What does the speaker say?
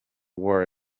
war